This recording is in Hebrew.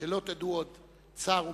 שלא תדעו עוד צער ומכאוב,